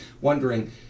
wondering